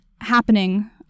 happening